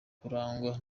kurangwa